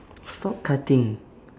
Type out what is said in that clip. stop cutting